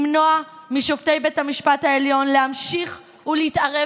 למנוע משופטי בית המשפט העליון להמשיך ולהתערב